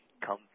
come